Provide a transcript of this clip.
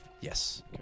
Yes